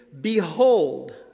Behold